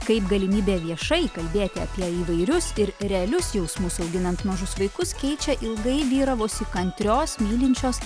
kaip galimybė viešai kalbėti apie įvairius ir realius jausmus auginant mažus vaikus keičia ilgai vyravusį kantrios mylinčios